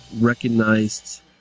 recognized